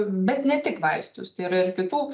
bet ne tik vaistus tai yra ir kitų